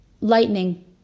lightning